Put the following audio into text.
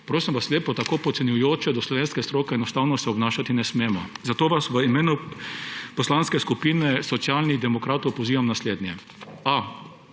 prosim vas lepo, tako podcenjujoče do slovenske stroke enostavno se obnašati ne smemo. Zato vas v imenu Poslanske skupine Socialnih demokratov pozivam naslednje: